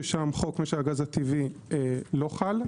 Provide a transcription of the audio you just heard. ששם חוק משק הגז הטבעי לא חל.